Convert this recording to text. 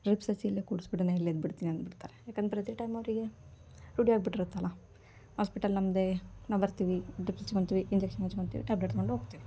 drips ಹಚ್ಚಿ ಇಲ್ಲೇ ಕೂಡ್ಸ್ಬಿಡ್ರಿ ನಾನು ಇಲ್ಲೇ ಇದ್ದುಬಿಡ್ತೀನಿ ಅಂದ್ಬಿಡ್ತಾರೆ ಯಾಕಂದ್ರೆ ಪ್ರತಿ ಟೈಮ್ ಅವರಿಗೆ ರೂಢಿಯಾಗ್ಬಿಟ್ಟಿರುತ್ತಲ್ಲ ಹಾಸ್ಪಿಟಲ್ ನಮ್ಮದೇ ನಾವು ಬರ್ತೀವಿ ಡ್ರಿಪ್ ಹಚ್ಕೊಳ್ತೀವಿ ಇಂಜೆಕ್ಷನ್ ಹಚ್ಕೊಳ್ತೀವಿ ಟ್ಯಾಬ್ಲೆಟ್ ತೊಗೊಂಡೋಗ್ತೀವಿ